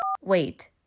Wait